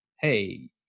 hey